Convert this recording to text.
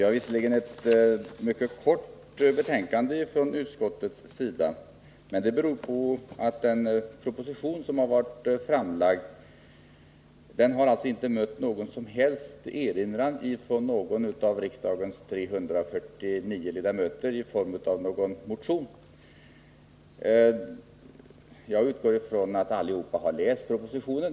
Herr talman! Betänkandet är visserligen mycket kort, men den proposition som lagts fram har inte mött någon som helst erinran i form av en motion från någon av riksdagens 349 ledamöter. Jag utgår ifrån att alla har läst propositionen.